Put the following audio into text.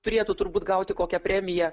turėtų turbūt gauti kokią premiją